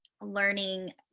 learning